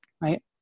right